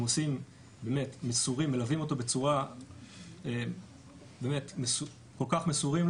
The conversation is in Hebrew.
הם מסורים והם מלווים אותו בצורה כל כך מסורה,